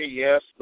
yes